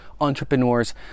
entrepreneurs